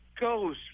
goes